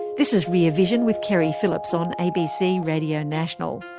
this is rear vision with keri phillips on abc radio national.